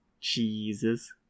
Jesus